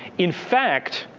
in fact,